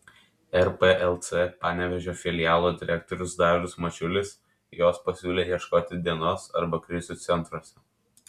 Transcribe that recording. rplc panevėžio filialo direktorius darius mačiulis jos pasiūlė ieškoti dienos arba krizių centruose